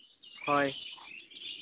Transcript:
ᱦᱳᱭ